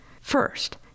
First